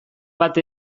bat